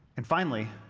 and finally,